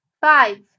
Five